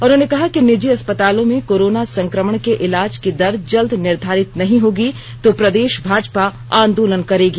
उन्होंने कहा कि निजी अस्पतालों में कोरोना संकमण के इलाज की दर जल्द निर्धारित नहीं होगी तो प्रदेश भाजपा आंदोलन करेगी